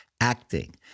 acting